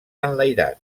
enlairat